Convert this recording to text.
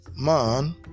Man